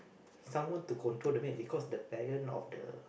someone to control the maid because the parent of the